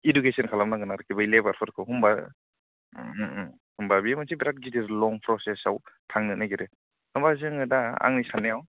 education खालामनांगोन आरखि बै लेबारफोरखौ होमबा होमबा बे मोनसे बिराथ गिदिर लं प्रसेसआव थांनो नागिरो होमबा जोङो दा आंनि साननायाव